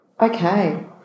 Okay